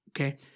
Okay